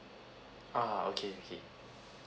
ah okay okay